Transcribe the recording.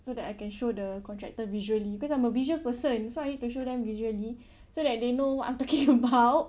so that I can show the contractor visually because I'm a visual person so I need to show them visually so that they know what I'm talking about